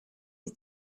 his